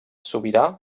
sobirà